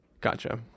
gotcha